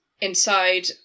Inside